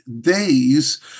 days